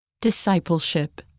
Discipleship